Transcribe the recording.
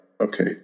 okay